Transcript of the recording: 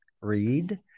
read